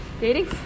Dating